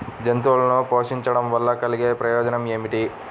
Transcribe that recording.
జంతువులను పోషించడం వల్ల కలిగే ప్రయోజనం ఏమిటీ?